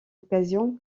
occasion